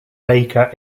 baker